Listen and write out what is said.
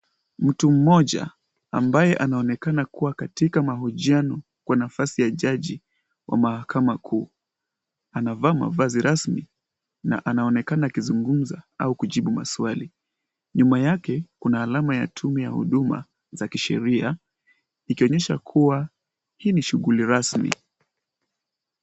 Mtu mmoja ambaye anaonekana kuwa katika mahojiano kwa nafasi ya jaji wa mahakama kuu. Anavaa mavazi rasmi na anaonekana akizungumza au kujibu maswali. Nyuma yake kuna alama ya tume ya huduma za kisheria ikionyesha kuwa hii ni shughuli rasmi.